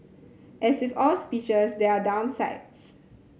as with all speeches there are downsides